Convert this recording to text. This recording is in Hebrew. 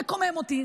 זה קומם אותי.